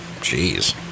Jeez